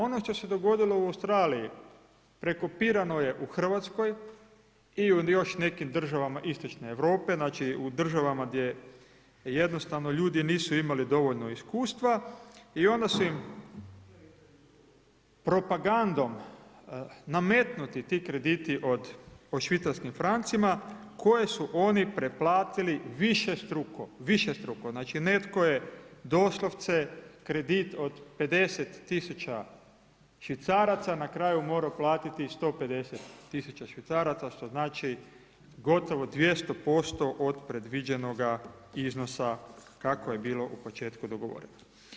Ono što se dogodilo u Australiji, prekopirano je u RH i u još nekim državama istočne Europe, znači, u državama gdje jednostavno ljudi nisu imali dovoljno iskustva i onda su im propagandom nametnuti ti krediti od, po švicarskim francima, koje su oni preplatili višestruko, višestruko, znači, netko je doslovce kredit od 50 000 švicaraca, na kraju morao platiti 150 000 švicaraca, što znači gotovo 200% od predviđenoga iznosa kako je bilo u početku dogovoreno.